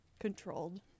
controlled